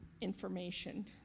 information